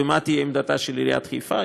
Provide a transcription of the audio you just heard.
ומה תהיה עמדתה של עיריית חיפה.